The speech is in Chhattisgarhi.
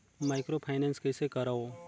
माइक्रोफाइनेंस कइसे करव?